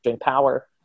power